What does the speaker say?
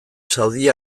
saudi